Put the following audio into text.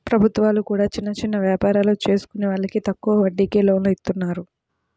ప్రభుత్వాలు కూడా చిన్న చిన్న యాపారాలు చేసుకునే వాళ్లకి తక్కువ వడ్డీకే లోన్లను ఇత్తన్నాయి